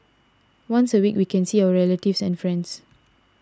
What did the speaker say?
once a week we can see our relatives and friends